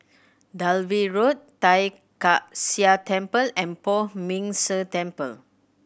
Dalvey Road Tai Kak Seah Temple and Poh Ming Tse Temple